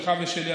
שלך ושלי,